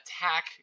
attack